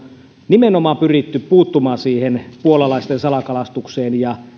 nimenomaan pyritty puuttumaan siihen puolalaisten salakalastukseen ja